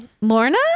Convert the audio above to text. Lorna